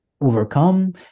overcome